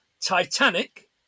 Titanic